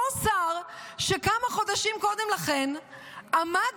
אותו שר שכמה חודשים קודם לכן עמד